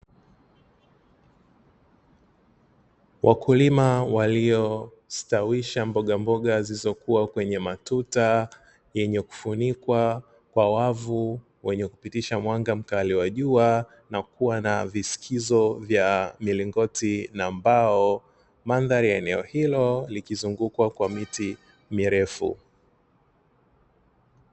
Wakulima waliostawisha mbogamboga zilizokuwa kwenye matuta yenye kufunikwa kwa wavu wenye kupitisha mwanga mkali wa jua na kuwa na visikizo vya milingoti na mbao. Madhari ya eneo hilo likizungukwa kwa miti mirefu.